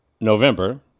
November